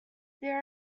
there